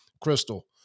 Crystal